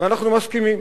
ואנחנו מסכימים.